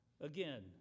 Again